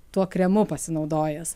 tuo kremu pasinaudojęs